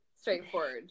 straightforward